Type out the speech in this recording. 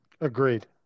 Agreed